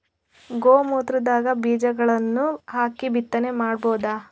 ಗೋ ಮೂತ್ರದಾಗ ಬೀಜಗಳನ್ನು ಹಾಕಿ ಬಿತ್ತನೆ ಮಾಡಬೋದ?